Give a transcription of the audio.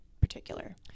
particular